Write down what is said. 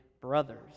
brothers